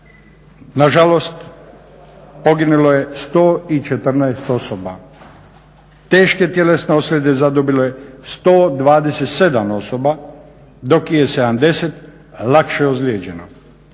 Nažalost, poginulo je 114 osoba. Teške tjelesne ozljede zadobilo je 127 osoba dok je 70 lakše ozlijeđeno.